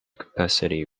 capacity